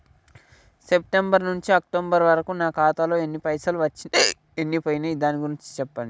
September నుంచి October వరకు నా ఖాతాలో ఎన్ని పైసలు వచ్చినయ్ ఎన్ని పోయినయ్ దాని గురించి చెప్పండి?